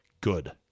Good